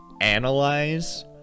Analyze